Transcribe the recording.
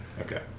okay